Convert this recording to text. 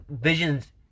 Vision's